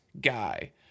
guy